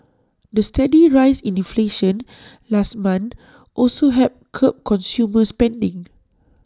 the steady rise in inflation last month also helped curb consumer spending